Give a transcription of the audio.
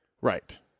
right